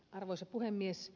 arvoisa puhemies